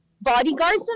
bodyguards